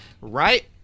right